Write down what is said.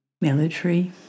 military